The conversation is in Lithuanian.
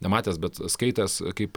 ne matęs bet skaitęs kaip